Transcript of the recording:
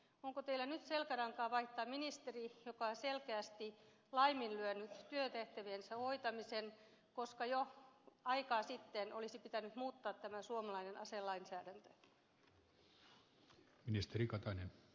onko teillä nyt selkärankaa vaihtaa ministeri joka selkeästi on laiminlyönyt työtehtäviensä hoitamisen koska jo aikaa sitten olisi pitänyt muuttaa tämä suomalainen aselainsäädäntö